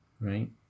right